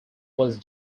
was